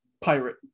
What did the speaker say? pirate